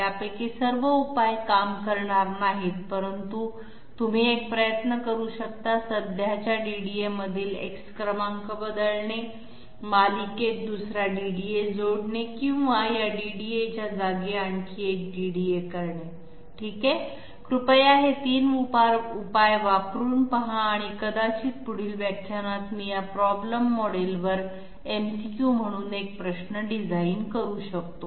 यापैकी सर्व उपाय काम करणार नाहीत परंतु तुम्ही एक प्रयत्न करू शकता सध्याच्या DDA मधील X क्रमांक बदलणे मालिकेत दुसरा DDA जोडणे किंवा या DDA च्या जागी आणखी एक DDA करणे ठीक आहे कृपया हे 3 उपाय वापरून पहा आणि कदाचित पुढील व्याख्यानात मी या प्रॉब्लेम मॉडेलवर MCQ म्हणून एक प्रश्न डिझाइन करू शकतो